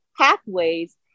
pathways